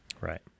Right